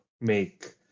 make